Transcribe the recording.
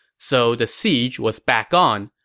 so the siege was back on.